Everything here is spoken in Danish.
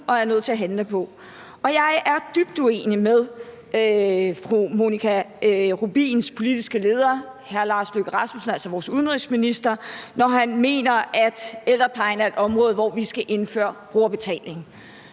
og er nødt til at handle på. Jeg er dybt uenig med fru Monika Rubins politiske leder, hr. Lars Løkke Rasmussen, altså vores udenrigsminister, når han mener, at ældreplejen er et område, hvor vi skal indføre brugerbetaling.